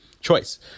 choice